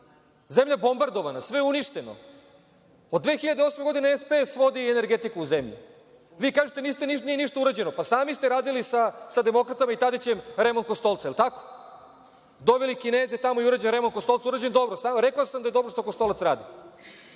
Zemlja je bombardovana, sve uništeno. Od 2008. godine SPS vodi energetiku u zemlji. Vi kažete da nije ništa urađeno. Pa sami ste radili sa demokratama i Tadićem remont Kostolca. Jel tako? Doveli ste tamo Kineze i uradili ste remont. Rekao sam da je dobro što Kostolac radi.